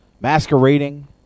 Masquerading